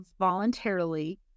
voluntarily